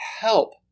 help